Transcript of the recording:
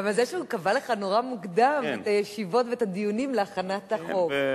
גם על זה שהוא קבע לך נורא מוקדם את הישיבות והדיונים להכנת החוק.